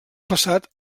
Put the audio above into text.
passat